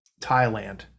Thailand